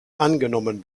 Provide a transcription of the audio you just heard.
angenommen